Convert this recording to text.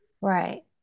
right